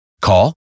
Call